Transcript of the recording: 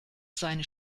seine